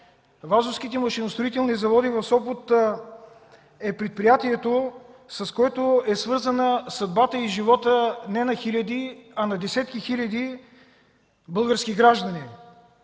„Вазовските машиностроителни заводи” в Сопот е предприятието, с което са свързани съдбата и животът не на хиляди, а на десетки хиляди български граждани.